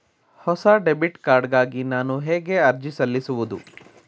ಹೊಸ debit card ಗಾಗಿ ನಾನು ಹೇಗೆ ಅರ್ಜಿ ಸಲ್ಲಿಸುವುದು?